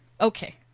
Okay